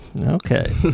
Okay